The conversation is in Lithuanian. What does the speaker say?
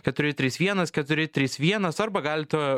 keturi trys vienas keturi trys vienas arba galite